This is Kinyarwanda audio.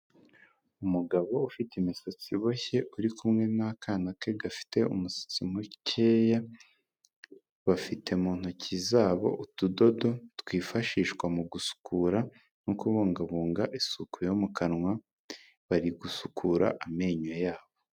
Umugabo ufite imisatsi iboshye uri kumwe n'akana ke gafite umusatsi mukeya, bafite mu ntoki zabo utudodo twifashishwa mu gusukura no kubungabunga isuku yo mu kanwa bari gusukura amenyo yabo.